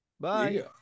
Bye